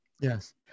Yes